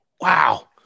Wow